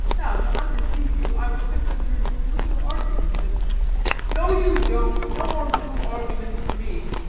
now to undeceive you, i will just enter into a little argument and no you don't. no more little arguments for me.